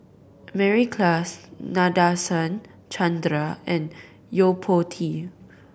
Mary Klass Nadasen Chandra and Yo Po Tee